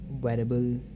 wearable